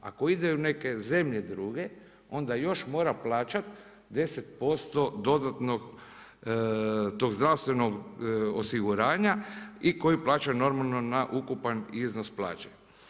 Ako ide u neke zemlje druge, onda još mora plaćati 10% dodatnog tog zdravstvenog osiguranja i koji plaća normalno na ukupan iznos plaće.